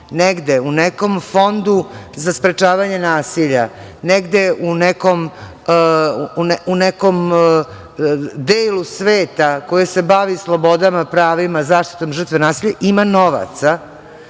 negde u nekom fondu za sprečavanje nasilja, negde u nekom delu sveta koje se bavi slobodama pravima, zaštitom žrtve nasilja ima novca